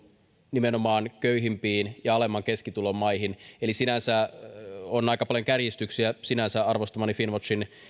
nimenomaan köyhimpiin ja alemman keskitulon maihin eli on aika paljon kärjistyksiä sinänsä arvostamani finnwatchin